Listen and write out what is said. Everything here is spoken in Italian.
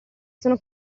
sono